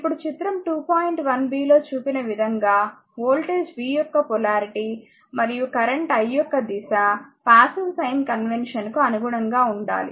1 b లో చూపిన విధంగా వోల్టేజ్ v యొక్క పొలారిటీ మరియు కరెంట్ i యొక్క దిశ పాసివ్ సైన్ కన్వెన్షన్ కు అనుగుణంగా ఉండాలి